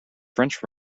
french